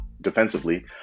defensively